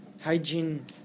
hygiene